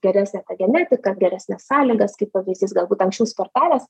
geresnę tą genetiką geresnes sąlygas kaip pavyzdys galbūt anksčiau sportavęs